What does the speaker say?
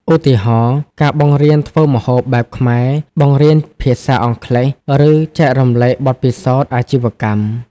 ឧទាហរណ៍ ការបង្រៀនធ្វើម្ហូបបែបខ្មែរ បង្រៀនភាសាអង់គ្លេស ឬចែករំលែកបទពិសោធន៍អាជីវកម្ម។